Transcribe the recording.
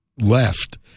left